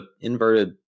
inverted